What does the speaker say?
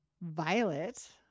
Violet